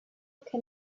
can